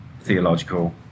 theological